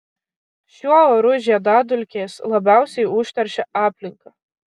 šiuo oru žiedadulkės labiausiai užteršia aplinką